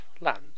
land